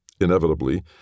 Inevitably